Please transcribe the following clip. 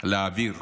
לאוויר